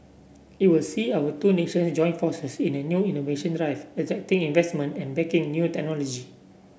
it will see our two nation join forces in a new innovation drive attracting investment and backing new technology